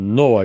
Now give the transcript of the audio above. no